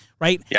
right